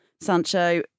Sancho